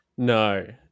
no